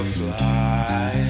fly